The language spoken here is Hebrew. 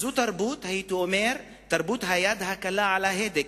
זאת תרבות, הייתי אומר, תרבות היד הקלה על ההדק,